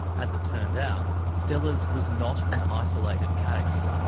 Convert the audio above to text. as it turned out, stella's was not an isolated case.